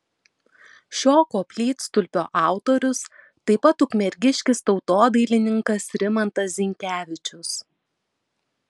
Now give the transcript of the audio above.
šio koplytstulpio autorius taip pat ukmergiškis tautodailininkas rimantas zinkevičius